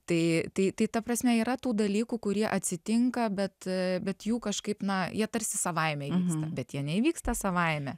tai tai ta prasmė yra tų dalykų kurie atsitinka bet bet jų kažkaip na jie tarsi savaime įvyksta bet jie neįvyksta savaime